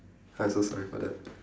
I'm so sorry for that